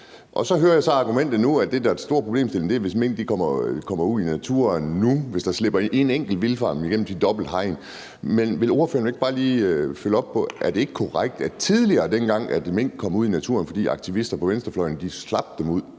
Så hører jeg, at nu er den store problemstilling, hvis mink kommer ud i naturen og der slipper en enkelt vildfaren igennem de dobbelte hegn. Men vil ordføreren ikke bare lige følge op på, om det ikke er korrekt, at tidligere, dengang mink kom ud i naturen, fordi aktivister på venstrefløjen slap dem ud,